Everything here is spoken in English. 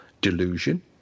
delusion